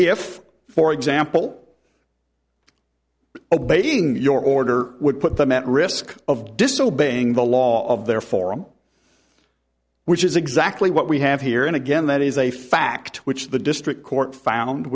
if for example abating your order would put them at risk of disobeying the law of their forum which is exactly what we have here and again that is a fact which the district court found